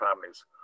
families